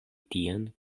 tien